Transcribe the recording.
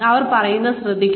അവർ പറയുന്നത് ശ്രദ്ധിക്കുക